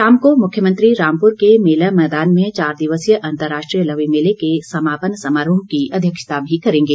शाम को मुख्यमंत्री रामपुर के मेला मैदान में चार दिवसीय अंतरराष्ट्रीय लवी मेले के समापन समारोह की अध्यक्षता भी करेंगे